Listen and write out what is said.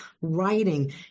writing